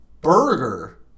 burger